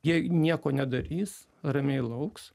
jei nieko nedarys ramiai lauks